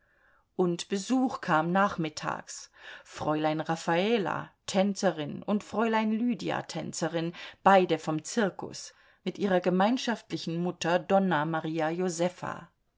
und besuch kam nachmittags fräulein raffala tänzerin und fräulein lydia tänzerin beide vom zirkus mit ihrer gemeinschaftlichen mutter donna maria josefa